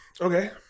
Okay